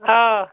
آ